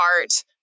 art